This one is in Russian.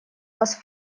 вас